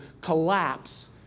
collapse